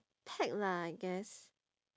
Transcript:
peck lah I guess